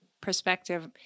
perspective –